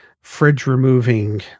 fridge-removing